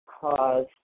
cause